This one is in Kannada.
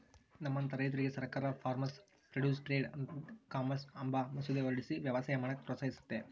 ನಮ್ಮಂತ ರೈತುರ್ಗೆ ಸರ್ಕಾರ farmers produce trade and commerce ಅಂಬ ಮಸೂದೆ ಹೊರಡಿಸಿ ವ್ಯವಸಾಯ ಮಾಡಾಕ ಪ್ರೋತ್ಸಹಿಸ್ತತೆ